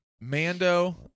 Mando